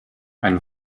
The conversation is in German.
ein